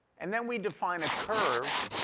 and then we define a curve,